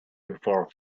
before